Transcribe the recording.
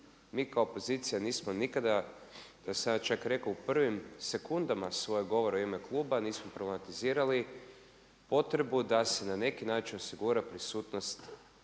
Mi kao opozicija nismo nikada, to sam ja čak rekao u prvim sekundama svojeg govora u ime kluba nismo problematizirali potrebu da se na neki način osigura prisutnost